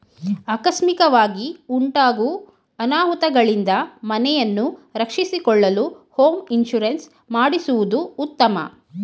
ಆಕಸ್ಮಿಕವಾಗಿ ಉಂಟಾಗೂ ಅನಾಹುತಗಳಿಂದ ಮನೆಯನ್ನು ರಕ್ಷಿಸಿಕೊಳ್ಳಲು ಹೋಮ್ ಇನ್ಸೂರೆನ್ಸ್ ಮಾಡಿಸುವುದು ಉತ್ತಮ